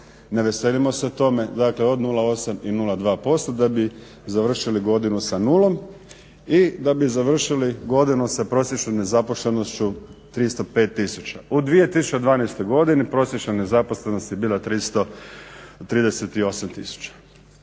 ne veselimo se tome. Dakle, od 0,8 i 0,2 posto da bi završili godinu sa nulom i da bi završili godinu sa prosječnom nezaposlenošću 305 tisuća. U 2012. godini prosječna nezaposlenost je bila 338 tisuća.